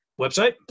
website